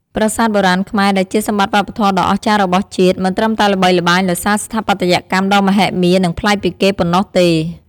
ប្រាសាទបុរាណខ្មែរ ដែលជាសម្បត្តិវប្បធម៌ដ៏អស្ចារ្យរបស់ជាតិ មិនត្រឹមតែល្បីល្បាញដោយសារស្ថាបត្យកម្មដ៏មហិមា និងប្លែកពីគេប៉ុណ្ណោះទេ។